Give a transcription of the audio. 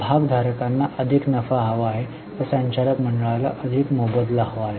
भागधारकांना अधिक नफा हवा आहे संचालक मंडळाला अधिक मोबदला हवा आहे